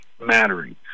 mattering